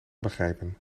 begrijpen